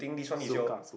suka